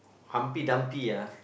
Humpty-Dumpty ah